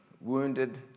wounded